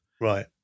Right